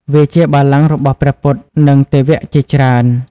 វាជាបល្ល័ង្ករបស់ព្រះពុទ្ធ និងទេវៈជាច្រើន។